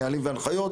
נהלים והנחיות,